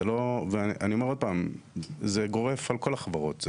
אני אומר עוד פעם, זה גורף, על כל החברות.